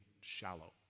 shallow